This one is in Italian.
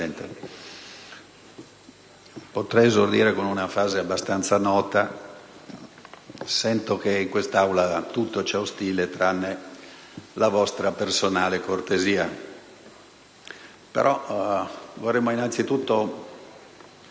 Presidente, potrei esordire con una frase abbastanza nota: sento che in quest'Aula tutto ci è ostile tranne la vostra personale cortesia.